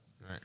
Right